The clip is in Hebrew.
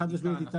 חד משמעית.